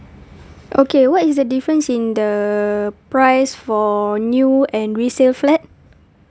okay what is the difference in the price for new and resale flat